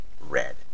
red